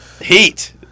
Heat